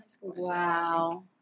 Wow